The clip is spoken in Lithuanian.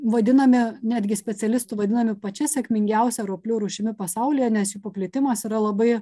vadiname netgi specialistų vadinami pačia sėkmingiausia roplių rūšimi pasaulyje nes jų paplitimas yra labai